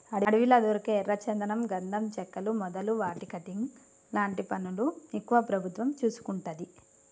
అడవిలా దొరికే ఎర్ర చందనం గంధం చెక్కలు మొదలు వాటి కటింగ్ లాంటి పనులు ఎక్కువ ప్రభుత్వం చూసుకుంటది